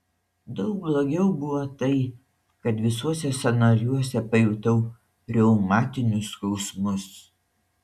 daug blogiau buvo tai kad visuose sąnariuose pajutau reumatinius skausmus